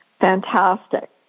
fantastic